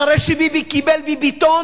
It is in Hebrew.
אחרי שביבי קיבל "ביביתון"